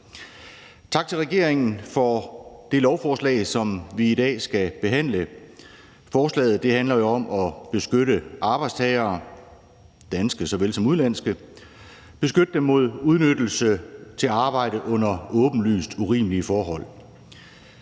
Tak til regeringen for det lovforslag, som vi i dag skal behandle. Forslaget handler om at beskytte arbejdstagere, danske såvel som udenlandske, mod udnyttelse til arbejde under åbenlyst urimelige forhold.